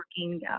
working